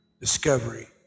discovery